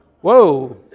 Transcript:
whoa